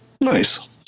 Nice